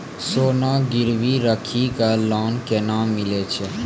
सोना गिरवी राखी कऽ लोन केना मिलै छै?